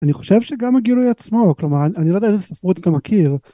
אני חושב שגם הגילוי עצמו כלומר אני לא יודע איזה ספרות אתה מכיר.